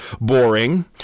boring